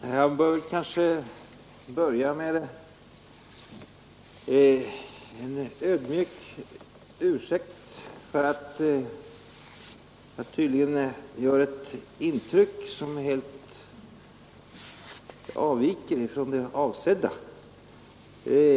Herr talman! Jag bör kanske börja med att ödmjukt be om ursäkt för att jag tydligen gör ett intryck som helt avviker från det avsedda.